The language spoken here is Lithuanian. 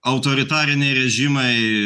autoritariniai režimai